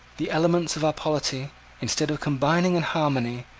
the elements of our polity, instead of combining in harmony,